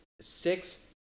six